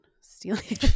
stealing